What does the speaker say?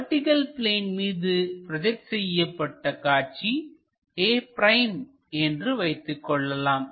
vertical plane மீது project செய்யப்பட்ட காட்சி a' என்று வைத்துக்கொள்ளலாம்